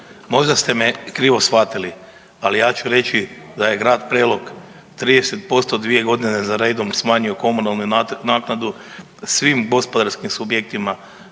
Možda ste me krivo shvatili, ali ja ću reći da je grad Prelog 30% dvije godine za redom smanjio komunalnu naknadu svim gospodarskim subjektima